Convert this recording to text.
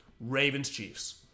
Ravens-Chiefs